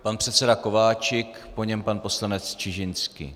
Pan předseda Kováčik, po něm pan poslanec Čižinský.